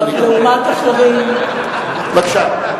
בבקשה.